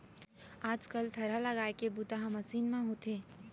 आज कल थरहा लगाए के बूता ह मसीन म होवथे